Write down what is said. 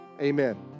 Amen